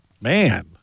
man –